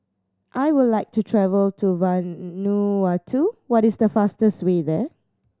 I would like to travel to Vanuatu what is the fastest way there